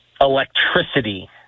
electricity